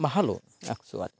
ভালো অ্যাকচুয়াল